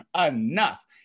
enough